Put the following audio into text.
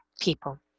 people